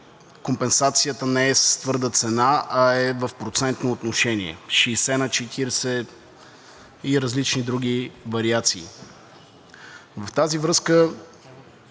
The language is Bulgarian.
компенсацията не е с твърда цена, а е в процентно отношение – 60/40 и различни други вариации. В тази връзка